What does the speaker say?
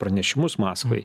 pranešimus maskvai